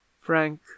frank